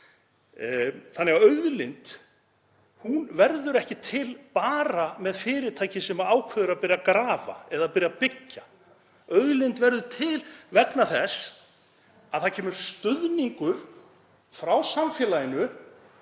Auðlind verður ekki til bara með fyrirtæki sem ákveður að byrja að grafa eða byrja að byggja. Auðlind verður til vegna þess að það kemur stuðningur frá samfélaginu,